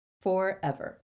forever